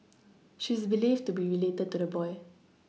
she is believed to be related to the boy